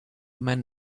men